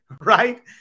right